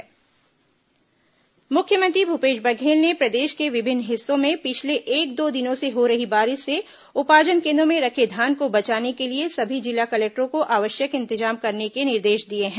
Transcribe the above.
मुख्यमंत्री निर्देश मुख्यमंत्री भूपेश बघेल ने प्रदेश के विभिन्न हिस्सों में पिछले एक दो दिनों से हो रही बारिश से उपार्जन केन्द्रों में रखे धान को बचाने के लिए सभी जिला कलेक्टरों को आवश्यक इंतजाम करने के निर्देश दिए हैं